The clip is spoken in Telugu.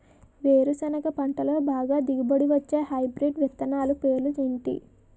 వేరుసెనగ పంటలో బాగా దిగుబడి వచ్చే హైబ్రిడ్ విత్తనాలు పేర్లు ఏంటి?